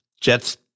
Jets